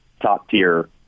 top-tier